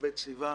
כ"ב בסיון.